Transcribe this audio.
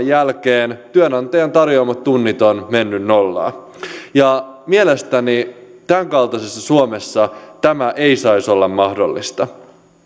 jälkeen työnantajan tarjoamat tunnit ovat menneet nollaan mielestäni tämän päivän suomessa tämä ei saisi olla mahdollista